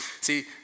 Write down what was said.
See